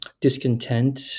discontent